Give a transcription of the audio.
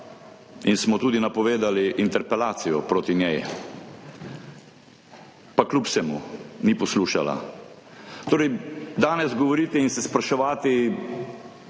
in smo tudi napovedali interpelacijo proti njej, pa kljub vsemu ni poslušala. Torej, danes govoriti in se spraševati,